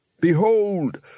Behold